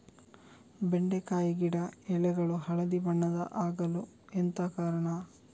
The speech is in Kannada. ಬೆಂಡೆಕಾಯಿ ಗಿಡ ಎಲೆಗಳು ಹಳದಿ ಬಣ್ಣದ ಆಗಲು ಎಂತ ಕಾರಣ?